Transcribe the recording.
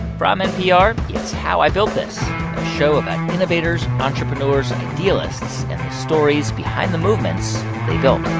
from npr, it's how i built this, a show about innovators, entrepreneurs and idealists and the stories behind the movements they built.